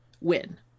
Win